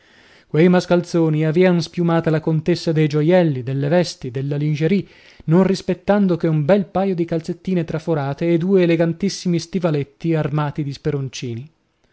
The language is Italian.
quei mascalzoni avean spiumata la contessa dei gioielli delle vesti delle lingerie non rispettando che un bel paio di calzettine traforate e due elegantissimi stivaletti armati di